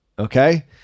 Okay